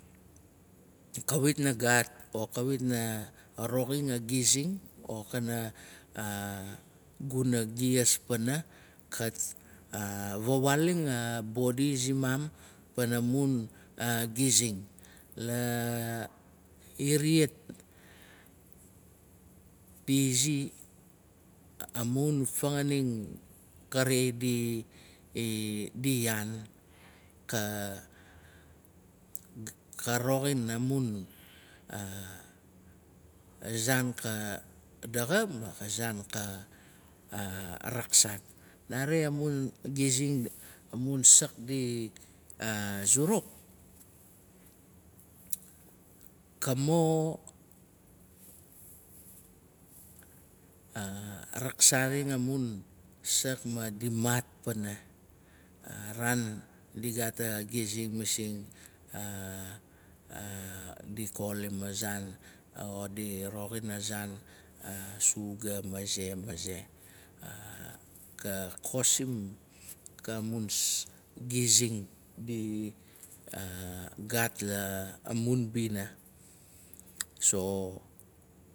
Kawit na gaat o kawit na roxin agizing. o guna gias pana. kaf fawaaling a bodi. Simaam. pana mun gizing. La inat di zi. amu fanganing kari. di yaan. ka roxin a zaan ka daxa ma zaan ka raksaat. Nare amun. gizing amun sak di maat pana. Araan di gaat a gizing. masing di kolim a zaan. o di roxin a zaan, a suga maze. maze, ka kosim ka mun gizing di gat la mun bina so gu naf.